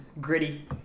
Gritty